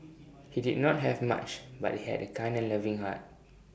he did not have much but he had A kind and loving heart